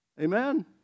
Amen